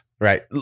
right